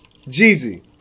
Jeezy